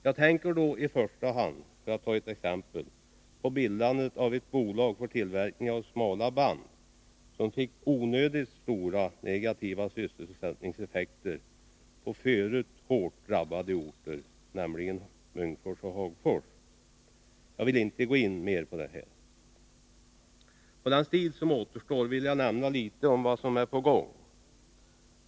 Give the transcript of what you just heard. Jag tänker då främst på bildandet av ett bolag för tillverkning av smala band, som fick onödigt stora negativa sysselsättningseffekter på redan förut hårt drabbade orter, nämligen Munkfors och Hagfors. Jag skall inte gå in närmare på detta, utan den taletid som återstår vill jag använda till att något beröra vad som är på gång.